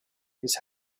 his